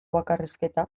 bakarrizketa